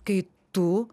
kai tu